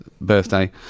birthday